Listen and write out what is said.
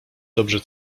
dobrze